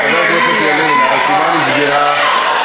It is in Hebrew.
הרשימה נסגרה.